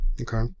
Okay